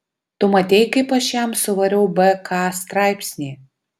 tu matei kaip aš jam suvariau bk straipsnį